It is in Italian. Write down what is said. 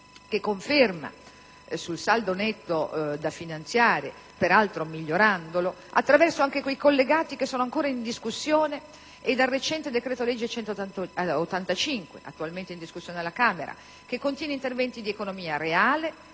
che conferma il saldo netto da finanziare, peraltro migliorandolo, dai collegati ancora in discussione e dal recente decreto-legge n. 185, attualmente in discussione alla Camera, che contiene interventi di economia reale